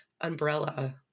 umbrella